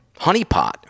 honeypot